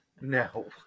no